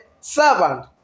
servant